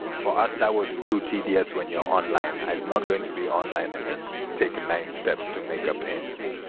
for us, that was too tedious when you're online. i'm not going to be online and then take nine steps to make a payment.